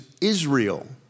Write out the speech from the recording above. Israel